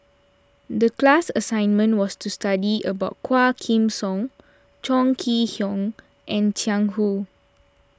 the class assignment was to study about Quah Kim Song Chong Kee Hiong and Jiang Hu